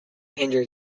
hinder